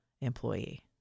employee